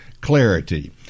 clarity